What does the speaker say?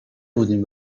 بودیم